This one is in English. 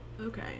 okay